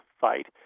fight